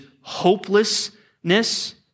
hopelessness